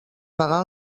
pagar